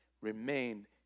Remain